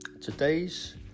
today's